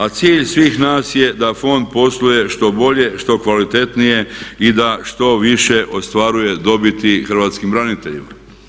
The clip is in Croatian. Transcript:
A cilj svih nas je da fond posluje što bolje, što kvalitetnije i da što više ostvaruje dobiti hrvatskim braniteljima.